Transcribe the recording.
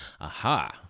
Aha